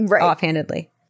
offhandedly